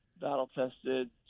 battle-tested